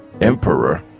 Emperor